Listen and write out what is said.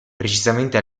precisamente